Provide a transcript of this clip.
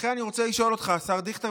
לכן אני רוצה לשאול אותך, השר דיכטר.